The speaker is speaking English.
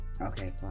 okay